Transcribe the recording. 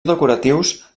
decoratius